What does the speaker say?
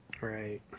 Right